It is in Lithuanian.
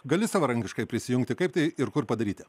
gali savarankiškai prisijungti kaip tai ir kur padaryti